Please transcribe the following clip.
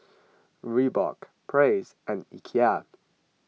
Reebok Praise and Ikea